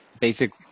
basic